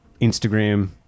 Instagram